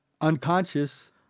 unconscious